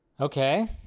Okay